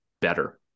better